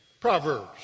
Proverbs